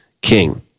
king